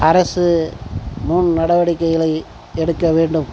அரசு முன் நடவடிக்கைகளை எடுக்க வேண்டும்